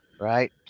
right